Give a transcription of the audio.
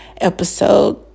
episode